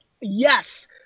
yes